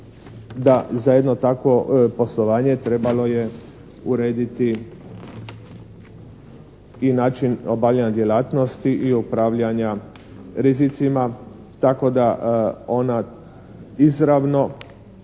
da za jedno takvo poslovanje trebalo je urediti i način obavljanja djelatnosti i upravljanja rizicima tako da ona izravno